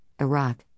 Iraq